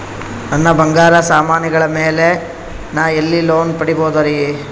ನನ್ನ ಬಂಗಾರ ಸಾಮಾನಿಗಳ ಮ್ಯಾಲೆ ನಾ ಎಲ್ಲಿ ಲೋನ್ ಪಡಿಬೋದರಿ?